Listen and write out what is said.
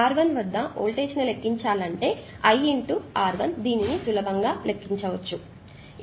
R1 వద్ద voltage ని లెక్కించాలనుకుంటే అది I R1 దీనిని సులభంగా లెక్కించవచ్చు